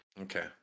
Okay